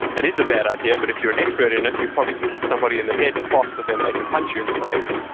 it is a bad idea, but if you're an expert in it, you probably can kick somebody in the head faster than they can punch you in the face,